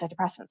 antidepressants